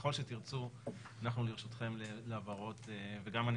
ככל שתרצו אנחנו לרשותכם להבהרות ואני